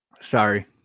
sorry